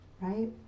right